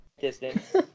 distance